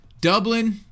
Dublin